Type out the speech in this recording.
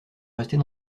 rester